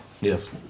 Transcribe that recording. Yes